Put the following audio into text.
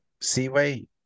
Seaway